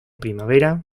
primavera